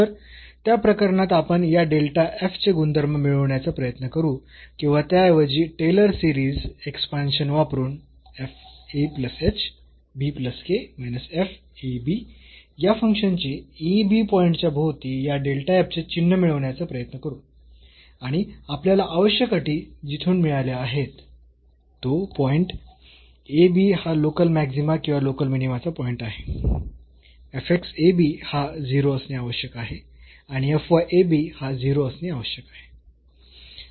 तर त्या प्रकरणात आपण या डेल्टा f चे गुणधर्म मिळविण्याचा प्रयत्न करू किंवा त्याऐवजी टेलर सीरिज एक्सपांशन वापरून या फंक्शनचे पॉईंटच्या भोवती या चे चिन्ह मिळविण्याचा प्रयत्न करू आणि आपल्याला आवश्यक अटी जिथून मिळाल्या आहेत तो पॉईंट ab हा लोकल मॅक्सीमा किंवा लोकल मिनीमाचा पॉईंट आहे हा 0 असणे आवश्यक आहे आणि हा 0 असणे आवश्यक आहे